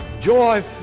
joy